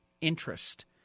interest